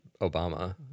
Obama